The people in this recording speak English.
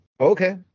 Okay